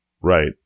Right